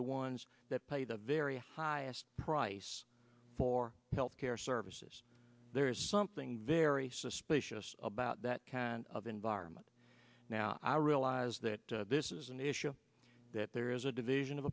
the ones that pay the very highest price for health care services there is something very suspicious about that kind of environment now i realize that this is an issue that there is a division of